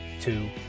two